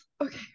okay